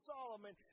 Solomon